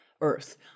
Earth